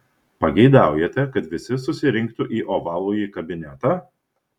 pageidaujate kad visi susirinktų į ovalųjį kabinetą